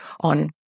on